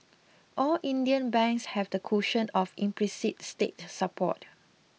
all Indian banks have the cushion of implicit state support